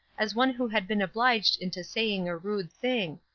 as one who had been obliged into saying a rude thing,